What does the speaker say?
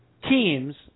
Teams